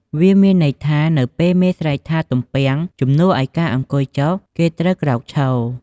វាមានន័យថា នៅពេលមេស្រែកថា "ទំពាំង" ជំនួយឱ្យការអង្គុយចុះ គេត្រូវក្រោកឈរ។